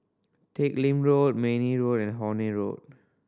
Teck Lim Road Mayne Road and Horne Road